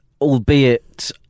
albeit